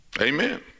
Amen